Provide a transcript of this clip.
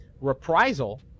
reprisal